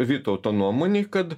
vytauto nuomonei kad